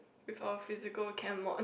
with a physical chem mod